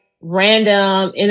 random